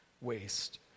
waste